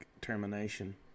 termination